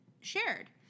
shared